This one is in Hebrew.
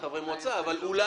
מועצה.